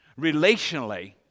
relationally